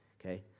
okay